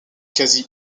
quasi